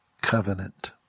covenant